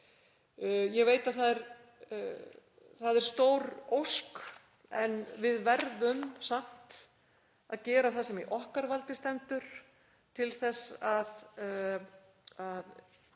Ég veit að það er stór ósk en við verðum samt að gera það sem í okkar valdi stendur til þess að